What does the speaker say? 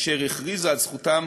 אשר הכריזה על זכותם